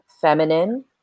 feminine